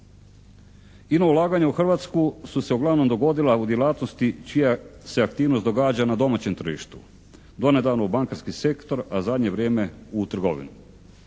Ino ulaganja u Hrvatsku su se uglavnom dogodila u djelatnosti čija se aktivnost događa na domaćem tržištu, do nedavno u bankarski sektor, a zadnje vrijeme u trgovinu.